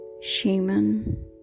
shaman